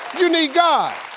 you need god!